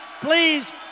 please